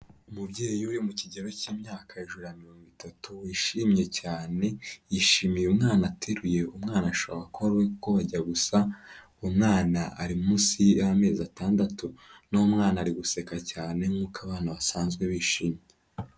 Umubyeyi uri mu kigero cy'imyaka hejuru ya mirongo itatu wishimye cyane yishimiye umwana ateruye umwana ashobora kuba ari uwe kuko bajya gusa umwana ari munsi y'amezi atandatu n'umwana ari guseka cyane nkuko abana basanzwe bishimye.